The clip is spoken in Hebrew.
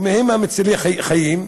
ובהם מצילי חיים,